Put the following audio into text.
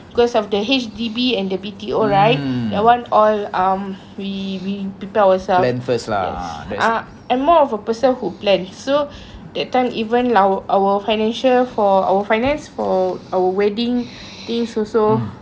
because of the H_D_B and the B_T_O right that one all um we we prepare ourselves yes uh I'm more of a person who plans so that time even our our financial or our finance for our wedding things also